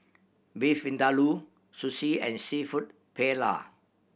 Beef Vindaloo Sushi and Seafood Paella